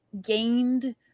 gained